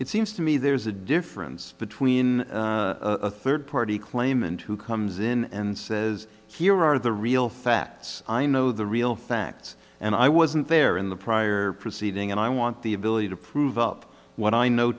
it seems to me there's a difference between a third party claimant who comes in and says here are the real facts i know the real facts and i wasn't there in the prior proceeding and i want the ability to prove up what i know